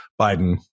biden